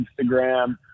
Instagram